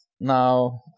now